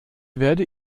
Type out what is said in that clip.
werde